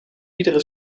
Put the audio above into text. iedere